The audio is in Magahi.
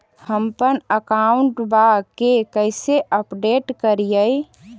हमपन अकाउंट वा के अपडेट कैसै करिअई?